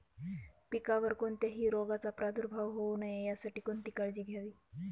पिकावर कोणत्याही रोगाचा प्रादुर्भाव होऊ नये यासाठी कोणती काळजी घ्यावी?